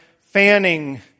fanning